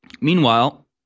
Meanwhile